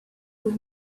with